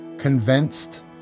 Convinced